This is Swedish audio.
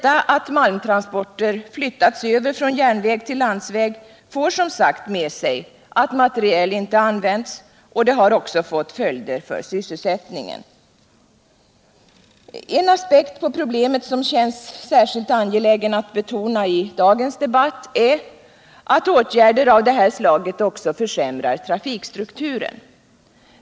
Att malmtransporter flyttats över från järnväg till landsväg för som sagt med sig att materiel inte används, och det har också fått följder för sysselsättningen. En aspekt på problemet som känns särskilt angelägen att betona i dagens debatt är att åtgärder av det här slaget också försämrar trafikstrukturen.